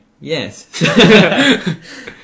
yes